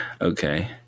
okay